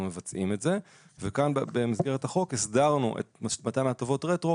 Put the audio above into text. מבצעים את זה וכאן במסגרת החוק הסדרנו את מתן ההטבות רטרו